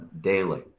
daily